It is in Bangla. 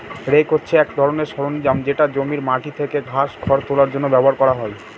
রেক হছে এক ধরনের সরঞ্জাম যেটা জমির মাটি থেকে ঘাস, খড় তোলার জন্য ব্যবহার করা হয়